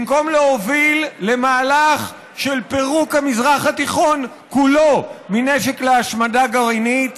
במקום להוביל למהלך של פירוק המזרח התיכון כולו מנשק להשמדה גרעינית,